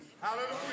Hallelujah